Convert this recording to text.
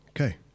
Okay